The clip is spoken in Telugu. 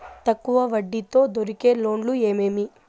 తక్కువ వడ్డీ తో దొరికే లోన్లు ఏమేమీ?